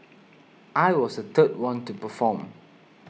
I was the third one to perform